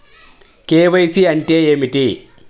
KYC అంటే ఏమి?